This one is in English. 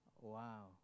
Wow